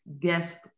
guest